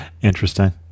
Interesting